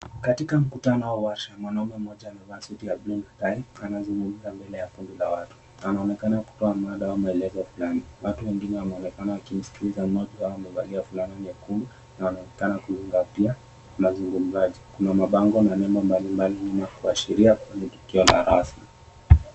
Katika mkutano watu, mwanamme mmoja amevaa suti ya buluu na tai anazungumza mbele ya kundi la watu. Anaonekana kutoa mada ama maelezo fulani. Watu wengine wanaonekana wakimsikiliza mmoja wao akiwa amevalia fulana nyekundu na wanaonekana kuzingatia mzungumzaji. Kuna mabango na nembo mbali mbali nyuma kuashiria kuwa ni tukio la rasmi.